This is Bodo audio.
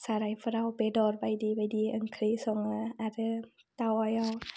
सारायफोराव बेदर बायदि बायदि ओंख्रि सङो आरो टावायाव